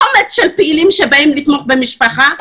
קומץ של פעילים שבאים לתמוך במשפחה,